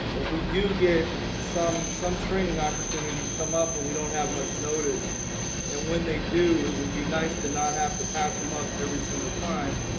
but we do get some some training opportunities come up and we don't have much notice and when they do, it would be nice to not have to pass them up every single time,